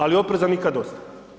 Ali opreza nikada dosta.